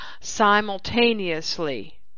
simultaneously